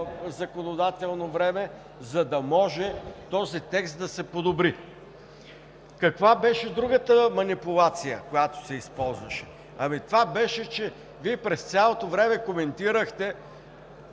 законодателно време, за да може този текст да се подобри. Каква беше другата манипулация, която се използваше? Това беше, че Вие през цялото време коментирахте